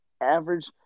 average